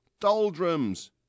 doldrums